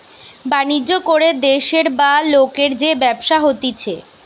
বাণিজ্য করে দেশের বা লোকের যে ব্যবসা হতিছে